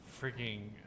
freaking